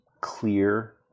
clear